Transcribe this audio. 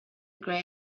grey